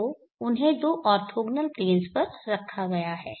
तो उन्हें दो ऑर्थोगोनल प्लेन्स पर रखा गया है